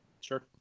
Sure